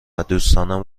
دوستانم